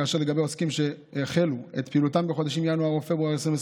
כאשר לגבי עוסקים שהחלו את פעילותם בחודשים ינואר או פברואר 2020